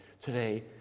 today